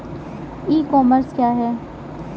ई commerce क्या है?